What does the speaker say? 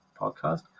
podcast